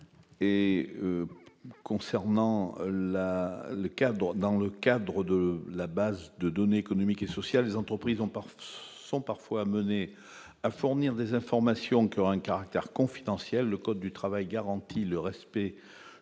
M. Daniel Chasseing. Dans le cadre de la base de données économiques et sociales, ou BDES, les entreprises sont parfois amenées à fournir des informations qui ont un caractère confidentiel. Le code du travail garantit le respect